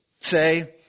say